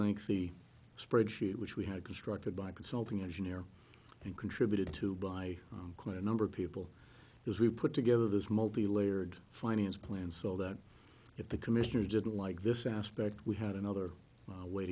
lengthy spreadsheet which we have constructed by consulting engineer and contributed to by quite a number of people because we put together this multi layered finance plan so that if the commissioners didn't like this aspect we had another way